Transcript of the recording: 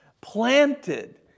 Planted